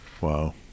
Wow